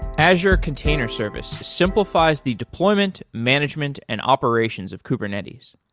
azure container service simplifies the deployment, management and operations of kubernetes.